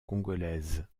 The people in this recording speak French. congolaise